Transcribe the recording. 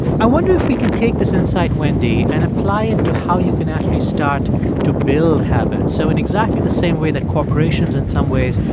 i wonder if we can take this insight, wendy, and apply it to how you can actually start to build habits. so in exactly the same way that corporations, in some ways,